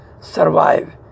survive